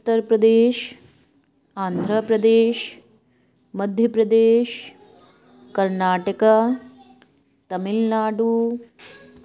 Uttar Pradesh Andhra Pradesh Madhya Pradesh Karnataka Tamil Nadu